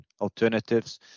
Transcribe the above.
alternatives